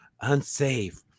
unsafe